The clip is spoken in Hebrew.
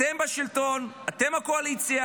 אתם בשלטון, אתם הקואליציה,